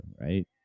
right